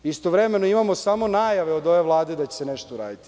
Istovremeno imamo samo najave od ove Vlade da će se nešto uraditi.